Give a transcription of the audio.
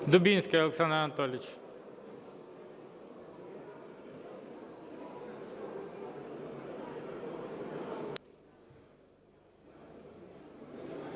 Дубінський Олександр Анатолійович.